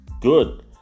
good